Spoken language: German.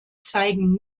zeigen